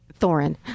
Thorin